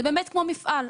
זה באמת כמו מפעל,